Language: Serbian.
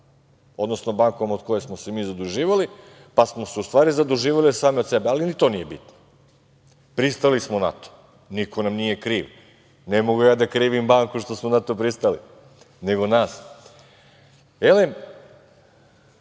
odnosno bankom od koje smo se mi zaduživali, pa smo se u stvari zaduživali sami od sebe, ali ni to nije bitno. Pristali smo na to, niko nam nije kriv. Ne mogu da krivim banku što smo na to pristali, nego